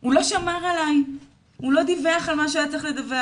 הוא לא שמר עליי והוא לא דיווח על מה שהוא היה צריך לדווח